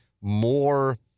more